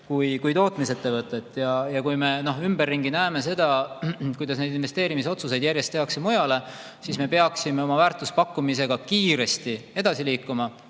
kui tootmisettevõtet. Ja kui me ümberringi näeme, kuidas neid investeeringuid järjest tehakse mujale, siis me peaksime oma väärtuspakkumisega kiiresti edasi liikuma.